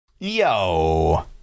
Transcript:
yo